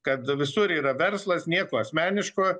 kad visur yra verslas nieko asmeniško